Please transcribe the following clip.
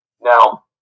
Now